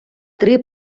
три